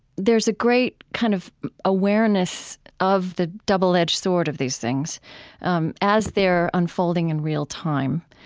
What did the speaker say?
there's a great kind of awareness of the double-edged sword of these things um as they're unfolding in real time.